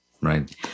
Right